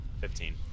fifteen